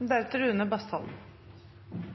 at det er